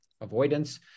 avoidance